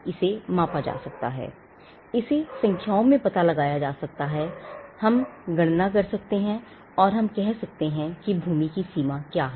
इसे मापा जा सकता है इसे संख्याओं में पता लगाया जा सकता है हम गणना कर सकते और हम कह सकते हैं कि भूमि की सीमा क्या है